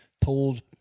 pulled